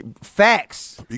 Facts